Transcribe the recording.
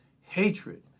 Hatred